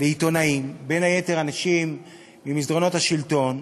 לעיתונאים, בין היתר אנשים ממסדרונות השלטון,